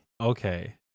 Okay